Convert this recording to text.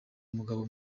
umugabo